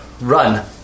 Run